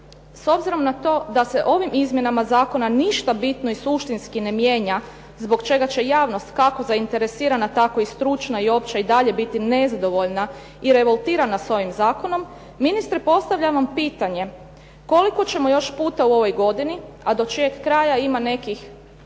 s obzirom na to da se ovim izmjenama zakona ništa bitno i suštinski ne mijenja zbog čega će javnost kako zainteresirana tako i stručna i opća i dalje biti nezadovoljna i revoltirana s ovim zakonom, ministre postavljam vam pitanje koliko ćemo još puta u ovoj godini, a do čijeg kraja ima nekih